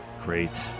Great